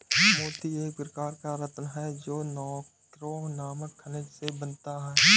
मोती एक प्रकार का रत्न है जो नैक्रे नामक खनिज से बनता है